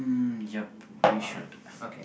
um yup we should